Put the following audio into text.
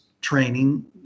training